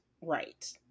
right